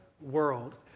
world